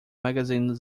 magazine